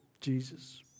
Jesus